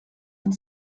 mit